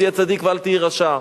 תהיה צדיק ואל תהיה רשע".